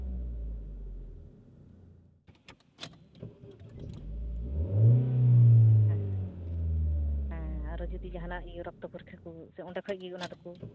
ᱦᱮᱸ ᱦᱮᱸ ᱟᱨᱚ ᱡᱩᱫᱤ ᱡᱟᱦᱟᱱᱟᱜ ᱨᱚᱠᱛᱚ ᱯᱚᱨᱤᱠᱠᱷᱟ ᱠᱚ ᱥᱮ ᱚᱸᱰᱮ ᱠᱷᱚᱱ ᱜᱮ ᱚᱱᱟ ᱫᱚᱠᱚ